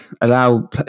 allow